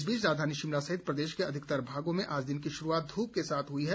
इस बीच राजधानी शिमला सहित प्रदेश के अधिकतर भागों में आज दिन की शुरूआत धूप के साथ हुई है